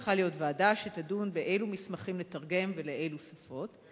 צריכה להיות ועדה שתדון בשאלה אילו מסמכים לתרגם ולאילו שפות,